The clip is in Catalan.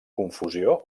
confusió